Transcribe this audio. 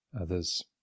Others